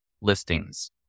listings